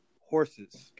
horses